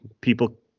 people